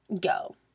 Go